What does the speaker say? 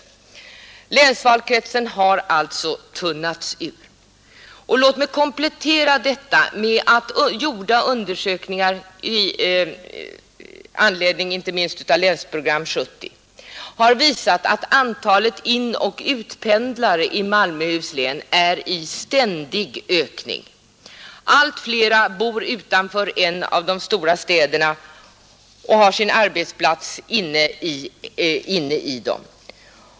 Länsvalkretsen har alltså tunnats ut. Låt mig komplettera detta med att säga att gjorda undersökningar bl.a. i anledning av Länsprogram 70 har visat att antalet inoch utpendlare i Malmöhus län är i ständig ökning. Allt flera människor bor utanför någon av de stora städerna men har sin arbetsplats inne i den.